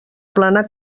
plana